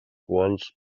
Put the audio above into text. quals